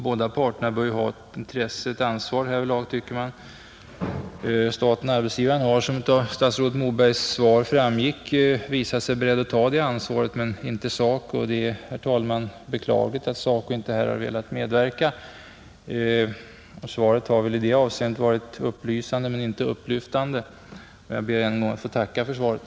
Båda parter bör ju ha ett ansvar härvidlag, tycker man, Staten-arbetsgivaren har, som framgår av statsrådet Mobergs svar, visat sig beredd att ta det ansvaret, men inte SACO. Det är, herr talman, beklagligt att SACO inte har velat medverka i detta fall. Interpellationssvaret har i det avseendet varit upplysande men inte upplyftande. Jag ber än en gång att få tacka för svaret.